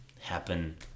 happen